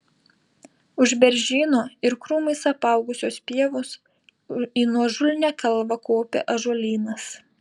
už beržyno ir krūmais apaugusios pievos į nuožulnią kalvą kopė ąžuolynas